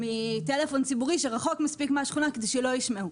מטלפון ציבורי שנמצא רחוק מספיק מהשכונה כדי שלא יישמעו.